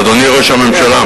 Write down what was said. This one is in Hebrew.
אדוני ראש הממשלה?